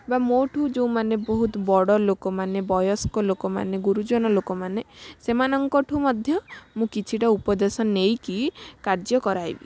ବା ମୋଠୁ ଯେଉଁମାନେ ବହୁତ ବଡ଼ ଲୋକମାନେ ବୟସ୍କ ଲୋକମାନେ ଗୁରୁଜନ ଲୋକମାନେ ସେମାନଙ୍କଠୁ ମଧ୍ୟ ମୁଁ କିଛିଟା ଉପଦେଶ ନେଇକି କାର୍ଯ୍ୟ କରାଇବି